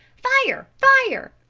fire, fire!